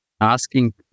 asking